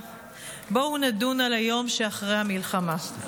כמעט 23 מיליארד שקלים בשנה מתבזבזים עקב אובדן מזון.